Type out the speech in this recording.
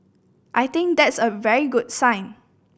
I think that is a very good sign